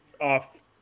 off